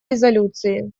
резолюции